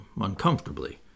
uncomfortably